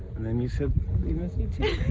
and then, you said you missed me, too.